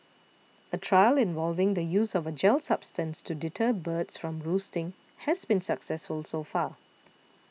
a trial involving the use of a gel substance to deter birds from roosting has been successful so far